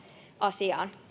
asiaan